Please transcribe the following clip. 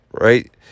right